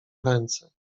ręce